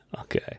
Okay